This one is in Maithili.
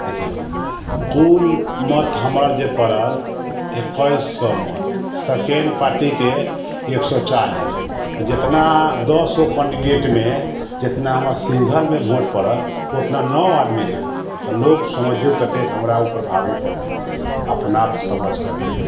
देखियौ कुल मत हमर जे पड़ल एकैस सए मत सेकेण्ड पार्टीके एक सए चालिस जितना दस गो कैण्डिडेटमे जितना हमरा सिंगलमे वोट पड़ल ओतना नओ आदमीके वोट पड़ल तऽ लोग समझियौ कतेक हमरा उपर भावुक होके अपना समझि करके